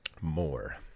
More